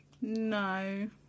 No